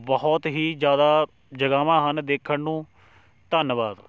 ਬਹੁਤ ਹੀ ਜ਼ਿਆਦਾ ਜਗ੍ਹਾਵਾਂ ਹਨ ਦੇਖਣ ਨੂੰ ਧੰਨਵਾਦ